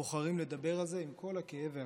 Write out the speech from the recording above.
בוחרים לדבר על זה עם כל הכאב והקושי.